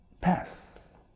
pass